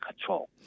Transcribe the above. control